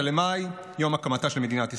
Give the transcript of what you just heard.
15 במאי, יום הקמתה של מדינת ישראל.